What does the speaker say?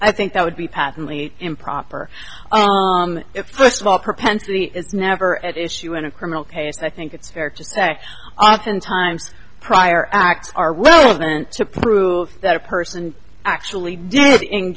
i think that would be patently improper it's a small propensity it's never at issue in a criminal case i think it's fair to say often times prior acts are well meant to prove that a person actually did